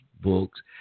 books